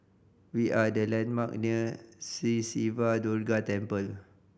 we are the landmark near Sri Siva Durga Temple